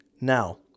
now